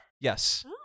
Yes